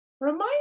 Remind